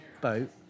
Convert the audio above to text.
boat